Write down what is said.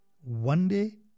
one-day